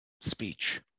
speech